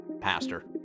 pastor